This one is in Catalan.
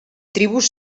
tribus